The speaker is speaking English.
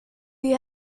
you